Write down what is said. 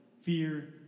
fear